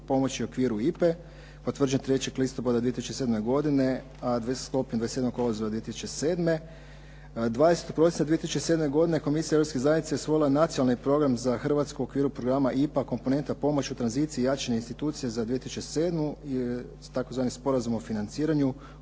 pomoći u okviru IPA-e potvrđen 3. listopada 2007. godine, a sklopljen 27. kolovoza 2007. 20. prosinca 2007. godine Komisija Europske zajednice je usvojila Nacionalni program za Hrvatsku u okviru programa IPA - komponenta pomoć u tranziciji i jačanje institucija za 2007. s tzv. sporazumom o financiranju